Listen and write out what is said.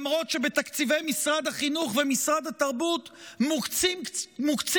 למרות שבתקציבי משרד החינוך ומשרד התרבות מוקצים